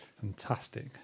Fantastic